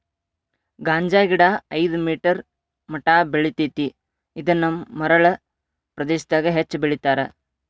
ಗಾಂಜಾಗಿಡಾ ಐದ ಮೇಟರ್ ಮಟಾ ಬೆಳಿತೆತಿ ಇದನ್ನ ಮರಳ ಪ್ರದೇಶಾದಗ ಹೆಚ್ಚ ಬೆಳಿತಾರ